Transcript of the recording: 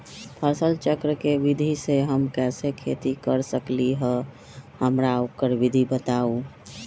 फसल चक्र के विधि से हम कैसे खेती कर सकलि ह हमरा ओकर विधि बताउ?